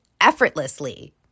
effortlessly